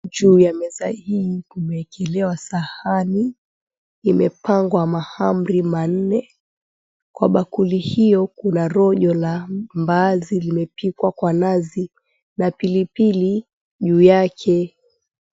Juu ya meza hii kumeekelewa sahani imepangwa mwahamri manne kwa bakuli hiyo kuna rojo la mbaazi limepikwa kwa nazi na pilipili juu yake.